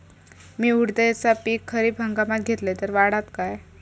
मी उडीदाचा पीक खरीप हंगामात घेतलय तर वाढात काय?